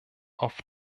auf